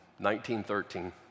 1913